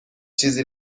چیزی